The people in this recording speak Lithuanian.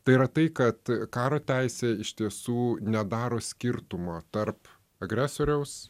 tai yra tai kad karo teisė iš tiesų nedaro skirtumo tarp agresoriaus